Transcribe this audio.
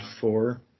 four